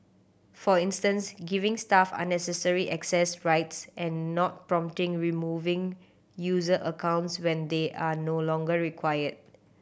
for instance giving staff unnecessary access rights and not promptly removing user accounts when they are no longer required